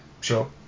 Sure